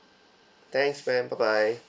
thanks ma'am bye bye